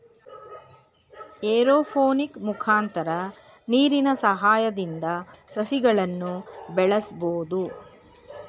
aeroponic ಮುಖಾಂತರ ನೀರಿನ ಸಹಾಯದಿಂದ ಸಸಿಗಳನ್ನು ಬೆಳಸ್ಬೋದು